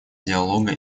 диалога